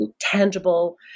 tangible